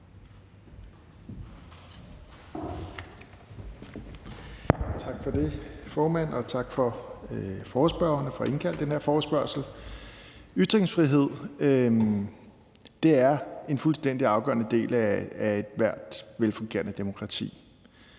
Tak for det, formand, og tak til forespørgerne for at have indkaldt til den her forespørgsel. Ytringsfrihed er en fuldstændig afgørende del af ethvert velfungerende demokrati